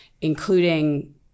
including